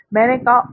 मैंने कहा "ओ